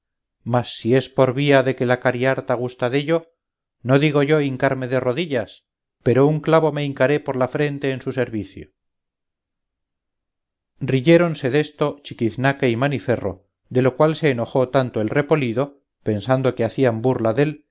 mas si es por vía de que la cariharta gusta dello no digo yo hincarme de rodillas pero un clavo me hincaré por la frente en su servicio riyéronse desto chiquiznaque y maniferro de lo cual se enojó tanto el repolido pensando que hacían burla dél